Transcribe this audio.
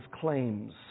claims